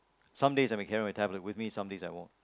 some days I may carry my tablet with me some days I won't